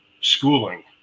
schooling